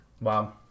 Wow